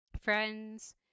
friends